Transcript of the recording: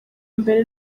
mbere